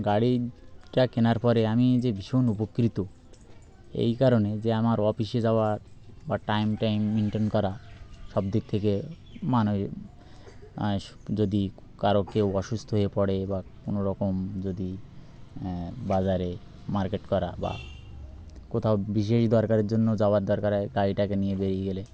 গাড়িটা কেনার পরে আমি যে ভীষণ উপকৃত এই কারণে যে আমার অফিসে যাওয়ার বা টাইম টাইম মেনটেন করা সব দিক থেকে মানুষ যদি কারো কেউ অসুস্থ হয়ে পড়ে বা কোনোরকম যদি বাজারে মার্কেট করা বা কোথাও বিশেষ দরকারের জন্য যাওয়ার দরকার হয় গাড়িটাকে নিয়ে বেরিয়ে গেলে